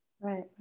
Right